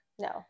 No